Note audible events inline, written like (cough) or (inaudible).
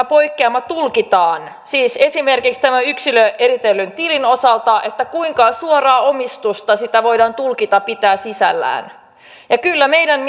(unintelligible) poikkeama tulkitaan siis esimerkiksi tämän yksilöeritellyn tilin osalta kuinka suoraa omistusta voidaan tulkita mitä pitää sisällään kyllä meidän (unintelligible)